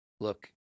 look